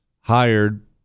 hired